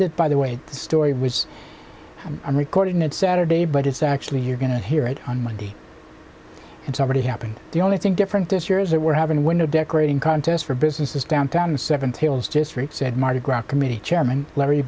that by the way the story was a recording that saturday but it's actually you're going to hear it on monday it's already happened the only thing different this year is that we're having window decorating contests for businesses downtown and seven tables just said mardi gras committee chairman larry